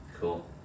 Cool